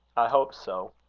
hope so.